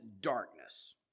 darkness